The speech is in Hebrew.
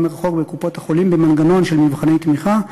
מרחוק בין קופות-החולים במנגנון של מבחני תמיכה.